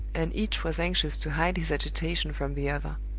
and each was anxious to hide his agitation from the other.